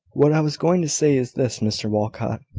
what i was going to say is this, mr walcot,